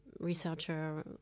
Researcher